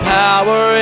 power